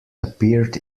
appeared